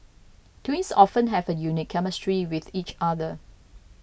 twins often have a unique chemistry with each other